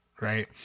right